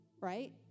right